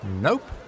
Nope